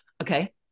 Okay